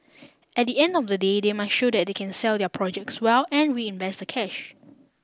at the end of the day they must show that they can sell their projects well and reinvest the cash